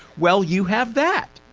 well you have that.